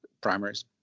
primaries